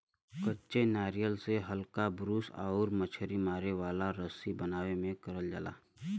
कच्चे नारियल से हल्का ब्रूस आउर मछरी मारे वाला रस्सी बनावे में करल जाला